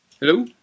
Hello